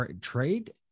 trade